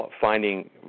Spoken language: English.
finding